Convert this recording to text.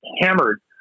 hammered